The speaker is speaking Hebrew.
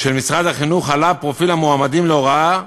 של משרד החינוך, עלה פרופיל המועמדים להוראה,